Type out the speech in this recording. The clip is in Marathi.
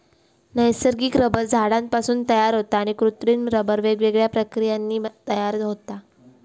नैसर्गिक रबर झाडांपासून तयार होता तर कृत्रिम रबर वेगवेगळ्या प्रक्रियांनी तयार होता